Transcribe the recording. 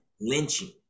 lynching